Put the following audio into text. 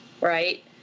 Right